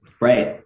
right